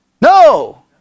No